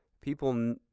people